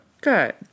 Good